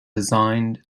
designed